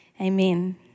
amen